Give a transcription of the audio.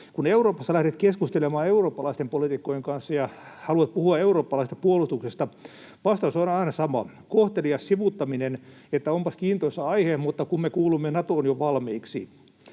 Kun Euroopassa lähdet keskustelemaan eurooppalaisten politiikkojen kanssa ja haluat puhua eurooppalaisesta puolustuksesta, vastaus on aina sama: kohtelias sivuuttaminen, että onpas kiintoisa aihe, mutta kun me kuulumme Natoon jo valmiiksi.